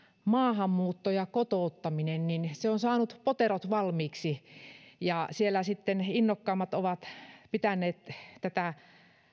maahanmuutto ja kotouttaminen niin se on saanut poterot valmiiksi siellä innokkaimmat ovat pitäneet tätä